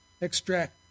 extract